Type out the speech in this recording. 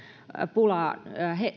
pulaa